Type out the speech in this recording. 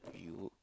you